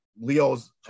Leo's